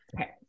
okay